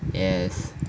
yes